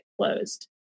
closed